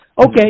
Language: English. Okay